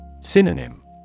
Synonym